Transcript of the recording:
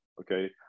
okay